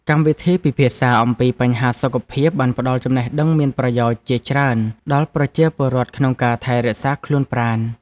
កម្មវិធីពិភាក្សាអំពីបញ្ហាសុខភាពបានផ្តល់ចំណេះដឹងមានប្រយោជន៍ជាច្រើនដល់ប្រជាពលរដ្ឋក្នុងការថែរក្សាខ្លួនប្រាណ។